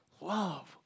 love